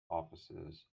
offices